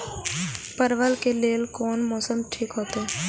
परवल के लेल कोन मौसम ठीक होते?